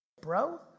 bro